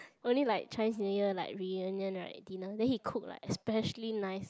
only like Chinese New Year like reunion right dinners then he cook like especially nice